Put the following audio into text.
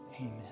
Amen